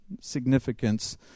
significance